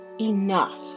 enough